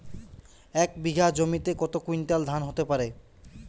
এক বিঘা জমিতে কত কুইন্টাল ধান হতে পারে?